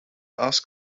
ask